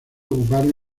ocuparon